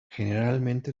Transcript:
generalmente